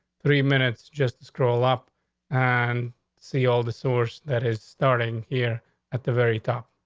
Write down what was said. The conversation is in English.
three minutes. just scroll up and see all the source that is starting here at the very top.